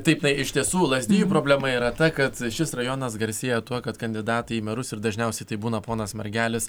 taip na iš tiesų lazdijų problema yra ta kad šis rajonas garsėja tuo kad kandidatai į merus ir dažniausiai tai būna ponas margelis